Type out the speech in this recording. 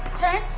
turn,